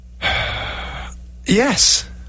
Yes